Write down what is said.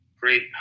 great